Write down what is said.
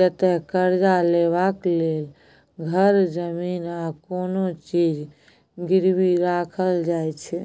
जतय करजा लेबाक लेल घर, जमीन आ कोनो चीज गिरबी राखल जाइ छै